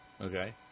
Okay